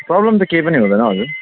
problem त केही पनि हुँदैन हजुर